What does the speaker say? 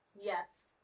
yes